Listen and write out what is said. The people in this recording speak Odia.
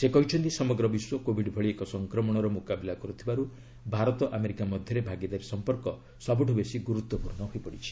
ସେ କହିଛନ୍ତି ସମଗ୍ର ବିଶ୍ୱ କୋବିଡ୍ ଭଳି ଏକ ସଂକ୍ରମଣର ମୁକାବିଲା କରୁଥିବାରୁ ଭାରତ ଆମେରିକା ମଧ୍ୟରେ ଭାଗିଦାରୀ ସମ୍ପର୍କ ସବୁଠୁ ବେଶି ଗୁରୁତ୍ୱପୂର୍ଣ୍ଣ ହୋଇପଡ଼ିଛି